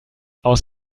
aus